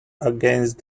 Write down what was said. against